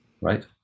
right